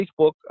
Facebook